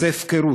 זאת הפקרות.